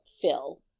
fill